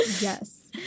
Yes